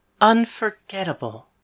unforgettable